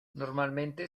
normalmente